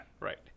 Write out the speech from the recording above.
Right